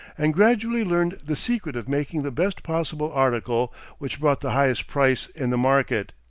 and gradually learned the secret of making the best possible article which brought the highest price in the market.